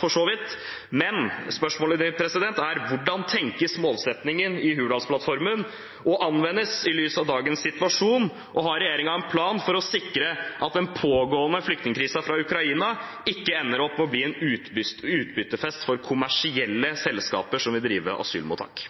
for så vidt, men spørsmålene mine er: Hvordan tenkes målsettingen i Hurdalsplattformen å anvendes i lys av dagens situasjon? Har regjeringen en plan for å sikre at den pågående flyktningkrisen i Ukraina ikke ender opp med å bli en utbyttefest for kommersielle selskaper som vil drive asylmottak?